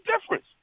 difference